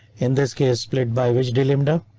in this case split by which day, like and